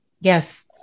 yes